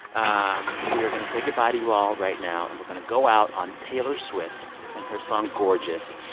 um we are going to say goodbye to you all right now. and we're going to go out on taylor swift and her song, gorgeous,